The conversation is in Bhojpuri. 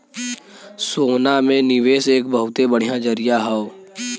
सोना में निवेस एक बहुते बढ़िया जरीया हौ